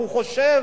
הוא חושב.